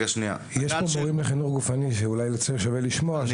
יש פה מורים של חינוך גופני שאולי שווה לשמוע.